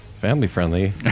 Family-friendly